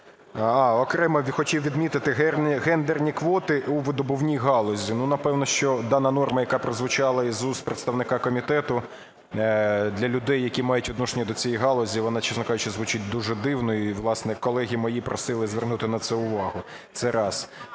а окремо хотів би відмітити гендерні квоти у видобувній галузі. Напевно, що дана норма, яка прозвучала із вуст представника комітету для людей, які мають відношення до цієї галузі, вона, чесно кажучи, звучить дуже дивно, і, власне, колеги мої просили звернути на це увагу. Це раз.